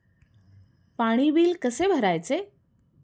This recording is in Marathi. पाणी बिल कसे भरायचे?